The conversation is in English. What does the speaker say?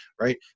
right